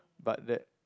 but that